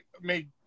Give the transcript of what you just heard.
made